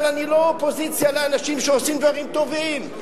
אבל אני לא מהאופוזיציה לאנשים שעושים דברים טובים.